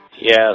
Yes